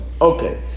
Okay